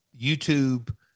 YouTube